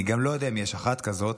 אני גם לא יודע אם יש אחת כזאת,